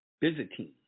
Byzantine